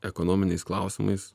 ekonominiais klausimais